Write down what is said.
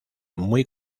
muy